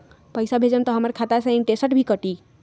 पैसा भेजम त हमर खाता से इनटेशट भी कटी?